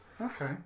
Okay